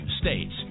states